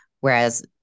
Whereas